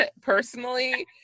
personally